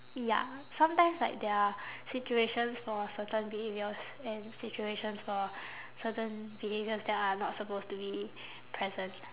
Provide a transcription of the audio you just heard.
ya sometimes like there are situations for certain behaviours and situations for certain behaviours that are not supposed to be present